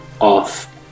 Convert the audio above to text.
off